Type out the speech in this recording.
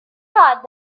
thought